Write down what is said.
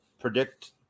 predict